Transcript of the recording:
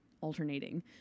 alternating